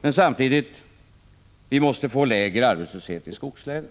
Men samtidigt säger han att vi måste få lägre arbetslöshet i skogslänen.